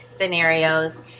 Scenarios